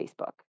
Facebook